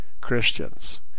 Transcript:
Christians